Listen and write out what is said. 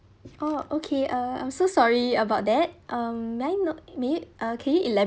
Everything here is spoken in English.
oh okay uh I'm so sorry about that um may I know may you can you ela~